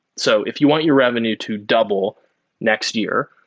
so if you want your revenue to double next year,